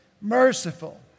merciful